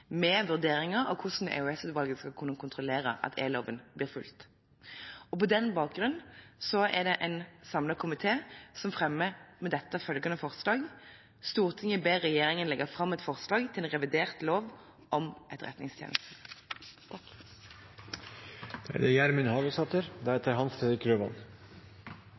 med vurderinger av hvordan EOS-utvalget skal kunne kontrollere at e-loven blir fulgt. På den bakgrunn er det en samlet komité som fremmer følgende forslag: «Stortinget ber regjeringen legge frem forslag til en revidert lov om Etterretningstjenesten.»